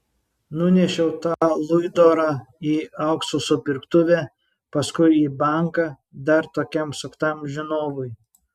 nunešiau tą luidorą į aukso supirktuvę paskui į banką dar tokiam suktam žinovui